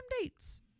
dates